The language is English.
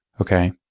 Okay